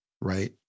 right